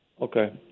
Okay